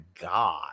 god